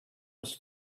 was